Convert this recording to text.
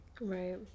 right